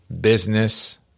business